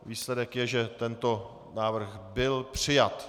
Výsledek je, že tento návrh byl přijat.